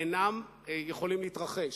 אינם יכולים להתרחש.